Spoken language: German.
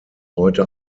heute